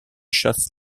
chasse